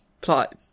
plot